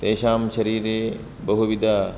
तेषां शरीरे बहुविध